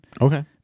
Okay